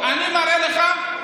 אני מראה לך.